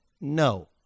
No